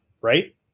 right